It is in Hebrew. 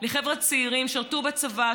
לחבר'ה צעירים ששירתו בצבא,